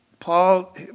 Paul